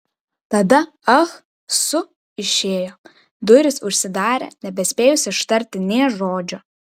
tada ah su išėjo durys užsidarė nebespėjus ištarti nė žodžio